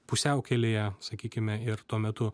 pusiaukelėje sakykime ir tuo metu